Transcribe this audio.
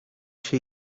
się